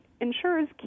insurers